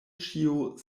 ĉio